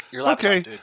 Okay